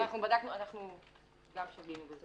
אנחנו גם שגינו בזה.